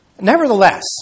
Nevertheless